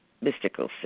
mystical